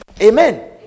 Amen